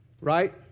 right